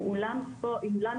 עם אולם התעמלות,